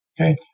Okay